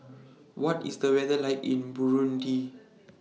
What IS The weather like in Burundi